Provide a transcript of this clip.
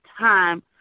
Time